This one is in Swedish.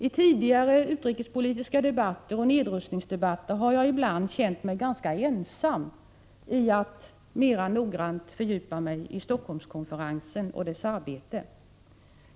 I tidigare utrikespolitiska debatter och nedrustningsdebatter har jag ibland känt mig ganska ensam när det gällt att mera noggrant fördjupa sig i Helsingforsskonferensen och dess arbete.